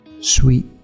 Sweet